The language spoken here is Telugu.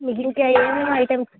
మీకు ఇంకా ఏమేమి ఐటమ్స్